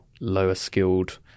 lower-skilled